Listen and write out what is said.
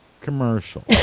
Commercial